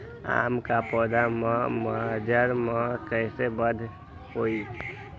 आम क पौधा म मजर म कैसे बढ़त होई?